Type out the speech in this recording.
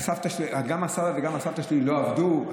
גם הסבא והסבתא שלי לא עבדו.